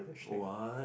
what